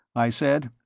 i said.